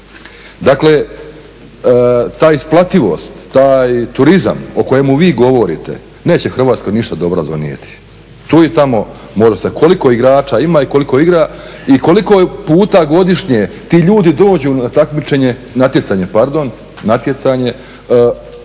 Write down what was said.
Dakle ta isplativost, taj turizam o kojemu vi govorite neće Hrvatskoj ništa dobra donijeti. Tu i tamo … koliko igrača ima i koliko igra i koliko puta godišnje ti ljudi dođu na natjecanje